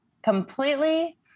completely